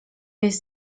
jest